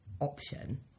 option